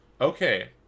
Okay